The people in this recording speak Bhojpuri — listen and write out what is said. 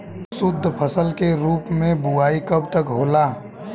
शुद्धफसल के रूप में बुआई कब तक होला?